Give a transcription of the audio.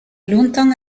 longtemps